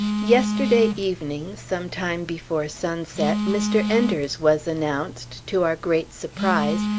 yesterday evening, some time before sunset, mr. enders was announced, to our great surprise,